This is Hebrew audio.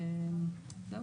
זהו.